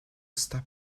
stop